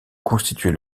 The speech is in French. constituait